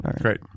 Great